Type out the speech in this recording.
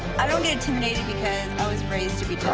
i don't get intimidated, because i was raised to be tough.